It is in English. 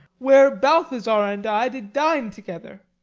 where balthazar and i did dine together.